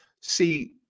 See